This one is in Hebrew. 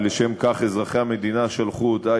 ולשם כך אזרחי המדינה שלחו אותה,